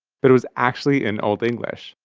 but it was actually in old english,